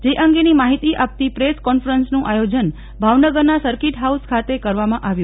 જે અંગેની માહિતિ આપતી પ્રેસ કોન્ફરન્સનું આયોજન ભાવનગરના સર્કિટ હાઉસ ખાતે કરવાં આવ્યું